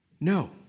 No